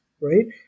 Right